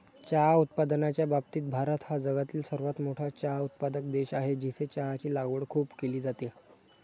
चहा उत्पादनाच्या बाबतीत भारत हा जगातील सर्वात मोठा चहा उत्पादक देश आहे, जिथे चहाची लागवड खूप केली जाते